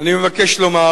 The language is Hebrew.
אני מבקש לומר